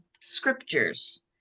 scriptures